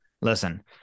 Listen